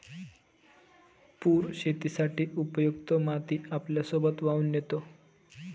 पूर शेतीसाठी उपयुक्त माती आपल्यासोबत वाहून नेतो